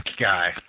guy